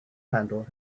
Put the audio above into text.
handle